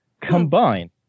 combine